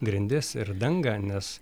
grindis ir dangą nes